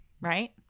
right